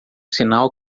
sinal